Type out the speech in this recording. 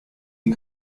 die